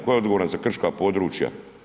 Tko je odgovoran za krška područja?